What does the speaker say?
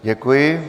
Děkuji.